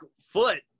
foot